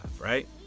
right